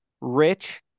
rich